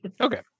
Okay